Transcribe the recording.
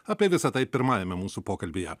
apie visa tai pirmajame mūsų pokalbyje